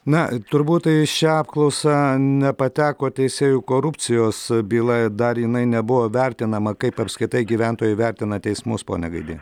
na turbūt į šią apklausą nepateko teisėjų korupcijos byla dar jinai nebuvo vertinama kaip apskritai gyventojai vertina teismus pone gaidy